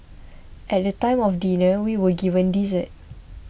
at the time of dinner we were given dessert